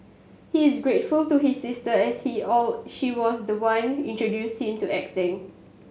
he is grateful to his sister as he or she was the one introduced him to acting